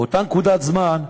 באותה נקודת זמן,